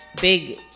big